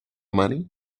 money